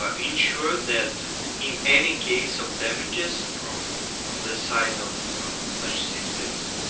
ah insure that in any case of damages from from the side of such systems